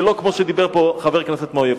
ולא כמו שדיבר פה חבר כנסת מהאויב.